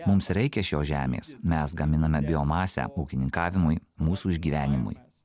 mums reikia šios žemės mes gaminame biomasę ūkininkavimui mūsų išgyvenimui nes